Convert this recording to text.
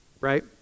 right